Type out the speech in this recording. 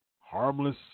harmless